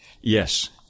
Yes